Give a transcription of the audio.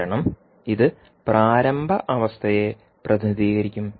കാരണം ഇത് പ്രാരംഭ അവസ്ഥയെ പ്രതിനിധീകരിക്കും